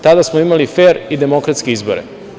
Tada smo imali fer i demokratske izbore.